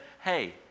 Hey